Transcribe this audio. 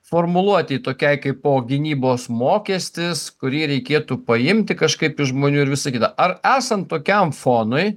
formuluotei tokiai kaip po gynybos mokestis kurį reikėtų paimti kažkaip iš žmonių ir visa kita ar esant tokiam fonui